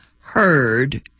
heard